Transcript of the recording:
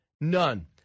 None